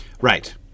right